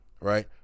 right